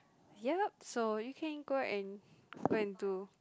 yep so you can go and go and do